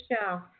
show